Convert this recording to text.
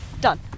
Done